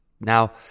Now